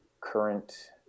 current